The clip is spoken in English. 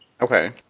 Okay